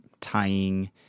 tying